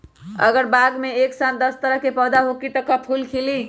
अगर बाग मे एक साथ दस तरह के पौधा होखि त का फुल खिली?